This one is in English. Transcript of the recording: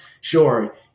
sure